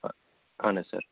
آ اَہَن سَر